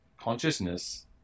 consciousness